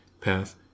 path